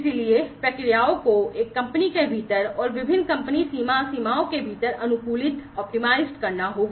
इसलिए प्रक्रियाओं को एक कंपनी के भीतर और विभिन्न कंपनी सीमाओं के भीतर अनुकूलित करना होगा